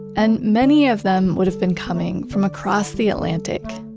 and many of them would have been coming from across the atlantic,